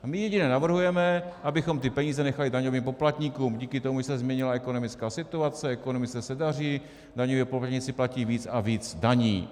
My jediné navrhujeme, abychom peníze nechali daňovým poplatníkům díky tomu, že se změnila ekonomická situace, ekonomice se daří, daňoví poplatníci platí víc a víc daní.